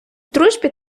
дружбі